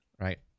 right